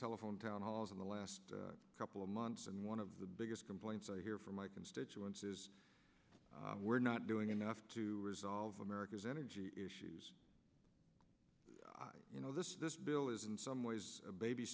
telephone town halls in the last couple of months and one of the biggest complaints i hear from my constituents is we're not doing enough to resolve america's energy issues you know this bill is in some ways a baby